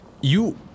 you-